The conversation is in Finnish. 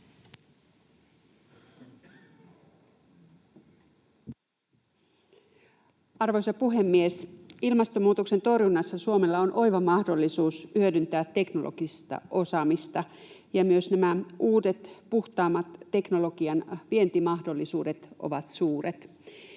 Arvoisa puhemies! Ilmastonmuutoksen torjunnassa Suomella on oiva mahdollisuus hyödyntää teknologista osaamista, ja myös uuden, puhtaamman teknologian vientimahdollisuudet ovat suuret.